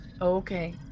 Okay